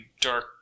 dark